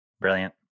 Brilliant